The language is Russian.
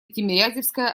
тимирязевская